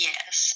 Yes